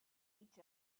each